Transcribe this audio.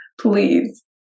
Please